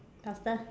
faster